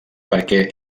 perquè